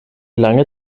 lange